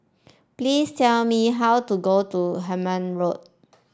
please tell me how to go to Hemmant Road